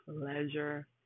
pleasure